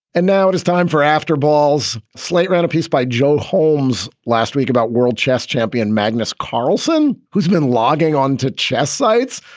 and now it is time for after balls slate ran a piece by joe holmes last week about world chess champion magnus carlsen, who's been logging on to chess sites,